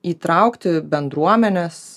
įtraukti bendruomenes